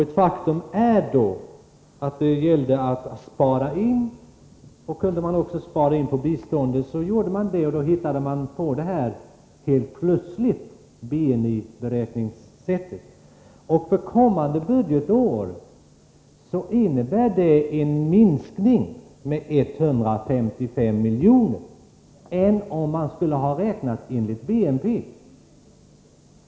Ett faktum är att det gällde att spara in. Kunde man spara in på biståndet så gjorde man det, och då hittade man helt plötsligt på detta beräkningssätt med BNI. För kommande budgetår innebär detta en minskning med 155 milj.kr. jämfört med om man skulle ha räknat enligt BNP.